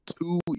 two